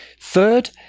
third